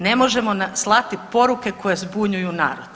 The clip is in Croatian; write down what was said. Ne možemo slati poruke koje zbunjuju narod.